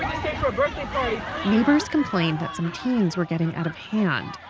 um neighbors complained that some teens were getting out of hand.